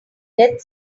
death